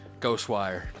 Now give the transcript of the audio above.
Ghostwire